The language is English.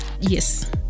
yes